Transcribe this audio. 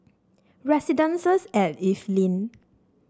residences and Evelyn